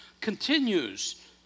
continues